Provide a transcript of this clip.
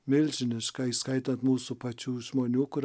milžiniška įskaitant mūsų pačių žmonių kur